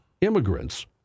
immigrants